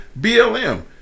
BLM